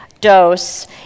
dose